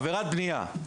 עבירת בנייה,